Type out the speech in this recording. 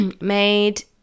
made